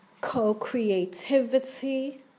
co-creativity